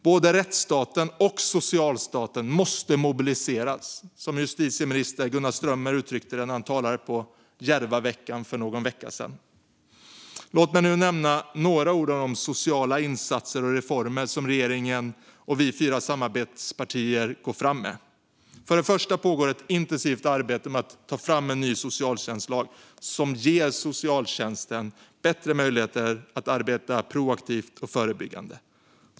Både rättsstaten och socialstaten måste mobiliseras, som justitieminister Gunnar Strömmer uttryckte det när han talade på Järvaveckan för någon vecka sedan. Låt mig nu nämna några ord om de sociala insatser och reformer som regeringen och vi fyra samarbetspartier går fram med. Först och främst pågår det ett intensivt arbete med att ta fram en ny socialtjänstlag som ger socialtjänsten bättre möjligheter att arbeta proaktivt och förebyggande.